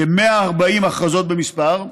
כ-140 במספר,